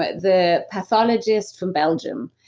but the pathologist from belgium,